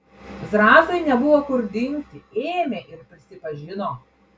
zrazui nebuvo kur dingti ėmė ir prisipažino